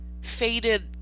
faded